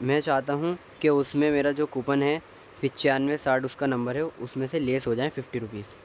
میں یہ چاہتا ہوں کہ اس میں میرا جو کوپن ہے پچیانوے ساٹھ اس کا نمبر ہے اس میں سے لیس ہو جائیں ففٹی روپیز